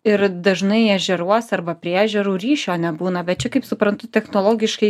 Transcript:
ir dažnai ežeruos arba prie ežerų ryšio nebūna bet čia kaip suprantu technologiškai